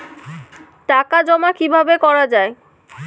টাকা জমা কিভাবে করা য়ায়?